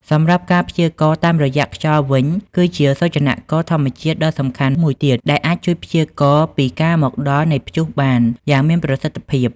សម្រាប់ការព្យាករណ៍តាមរយៈខ្យល់វិញគឺជាសូចនាករធម្មជាតិដ៏សំខាន់មួយទៀតដែលអាចជួយព្យាករណ៍ពីការមកដល់នៃព្យុះបានយ៉ាងមានប្រសិទ្ធភាព។